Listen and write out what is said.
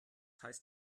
heißt